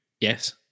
yes